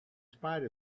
spite